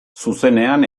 zuzenean